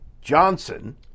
Johnson